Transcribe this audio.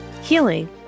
healing